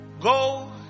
Go